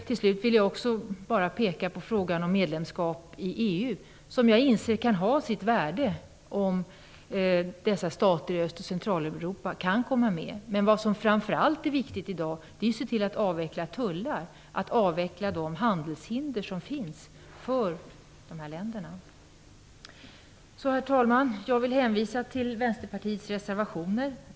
Till slut vill jag peka på frågan om medlemskap i EU, som jag inser kan ha sitt värde om de här staterna i Öst och Centraleuropa kan komma med. Men vad som framför allt är viktigt i dag är att se till att de tullar och handelshinder som finns för de här länderna avvecklas. Herr talman! Jag hänvisar till Vänsterpartiets reservationer.